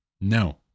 no